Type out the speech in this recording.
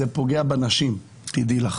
זה פוגע בנשים, תדעי לך.